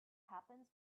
happens